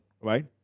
right